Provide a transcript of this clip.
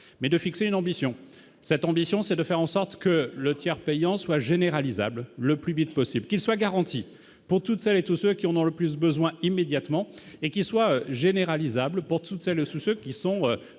mais de fixer l'ambition cette ambition, c'est de faire en sorte que le tiers payant soit généralisable le plus vite possible qu'il soit garanti pour toutes celles et tous ceux qui en ont le plus besoin immédiatement et qui soit généralisable pour toutes celles sous ceux qui sont